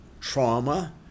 trauma